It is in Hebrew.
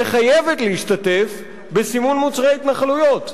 וחייבת להשתתף, בסימון מוצרי התנחלויות.